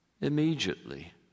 immediately